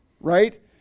right